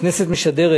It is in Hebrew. הכנסת משדרת